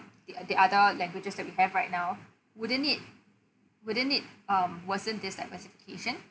the the other languages that we have right now wouldn't it wouldn't um worsen this diversification